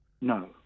No